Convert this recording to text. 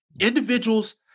individuals